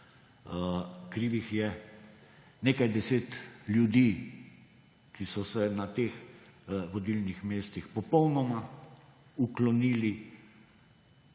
Krivih je nekaj deset ljudi, ki so se na teh vodilnih mestih popolnoma uklonili